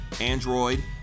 Android